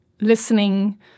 listening